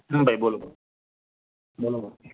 હમમ ભાઈ બોલો બોલો બોલો